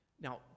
Now